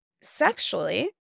sexually